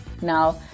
Now